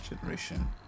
generation